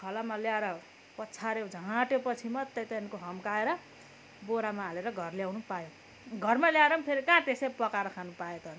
खलामा ल्याएर पछाऱ्यो झाँटेपछि मात्र त्यहाँदेखिको हम्काएर बोरामा हालेर घर ल्याउनु पायो घरमा ल्याएर पनि काँ अनि त्यसै पकाएर खान पाइयो त अन्त